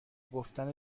گفتن